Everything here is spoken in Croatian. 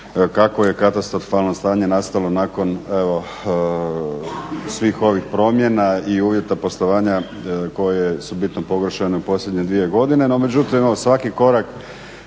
kakvo je katastrofalno stanje nastalo nakon evo svih ovih promjena i uvjeta poslovanja koje su bitno pogoršane u posljednje dvije godine.